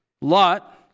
Lot